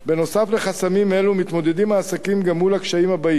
נוסף על חסמים אלו מתמודדים העסקים גם עם הקשיים הבאים: